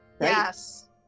Yes